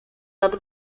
nad